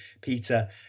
Peter